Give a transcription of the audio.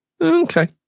Okay